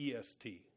est